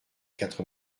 quatre